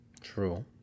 True